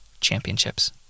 Championships